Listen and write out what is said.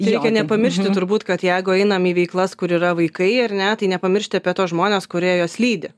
reikia nepamiršti turbūt kad jeigu einam į veiklas kur yra vaikai ar ne tai nepamiršti apie tuos žmones kurie juos lydi